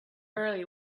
early